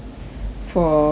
for for it